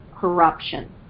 corruption